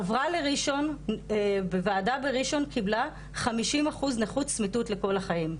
עברה לראשון ובוועדה בראשון קיבלה 50 אחוז נכות צמיתות לכל החיים,